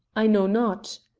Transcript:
i know not,